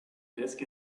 disk